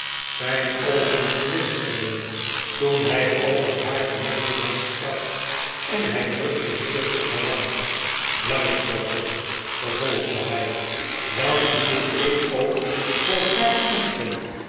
zijn oogen glinsterden toen hij over haar genegenheid sprak en hij drukte een kus op haar wang luister ruth vervolgde hij welk gevbel ik ook voor haar koester